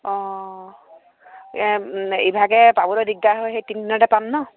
অঁ ইভাগে পাবলৈ দিগদাৰ হয় সেই তিনি দিনতে পাম ন